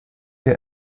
der